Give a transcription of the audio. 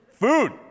Food